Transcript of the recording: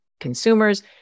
consumers